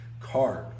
card